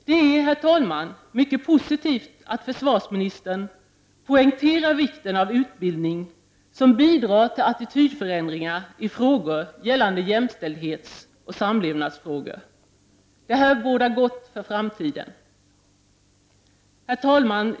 Det är, herr talman, mycket positivt att försvarsministern poängterar vikten av utbildning som bidrar till attitydförändringar i frågor gällande jämställdhet och samlevnad. Detta bådar gott för framtiden.